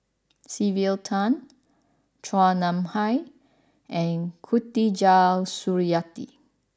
Sylvia Tan Chua Nam Hai and Khatijah Surattee